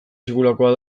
sekulakoa